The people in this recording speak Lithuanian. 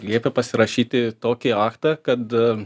liepė pasirašyti tokį aktą kad